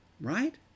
right